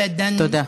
תודה.